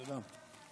תודה.